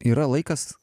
yra laikas